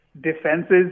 defenses